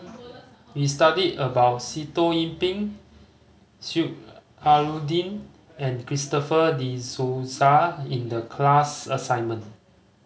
we studied about Sitoh Yih Pin Sheik Alau'ddin and Christopher De Souza in the class assignment